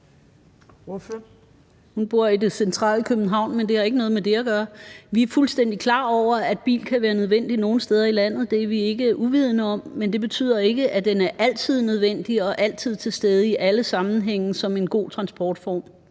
(EL): Hun bor i det centrale København, men det har ikke noget med det at gøre. Vi er fuldstændig klar over, at bilen kan være nødvendig nogle steder i landet. Det er vi ikke uvidende om, men det betyder ikke, at den altid er nødvendig og altid skal være til stede i alle sammenhænge som en god transportform.